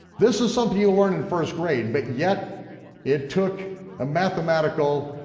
this is something you learn in first grade, but yet it took a mathematical,